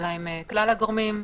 אלא עם כלל הגורמים,